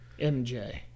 MJ